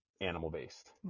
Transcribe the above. animal-based